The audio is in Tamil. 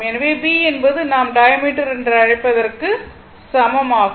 ஆகவே b என்பது நாம் டயாமீட்டர் என்று அழைப்பதற்கு சமம் ஆகும்